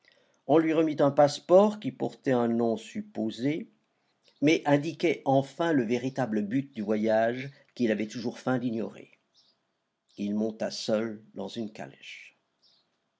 on lui remit un passeport qui portait un nom suppose mais indiquait enfin le véritable but du voyage qu'il avait toujours feint d'ignorer il monta seul dans une calèche